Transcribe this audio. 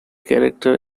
character